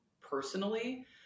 personally